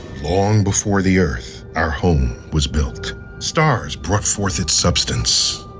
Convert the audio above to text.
long before the earth, our home, was built stars brought forth its substance.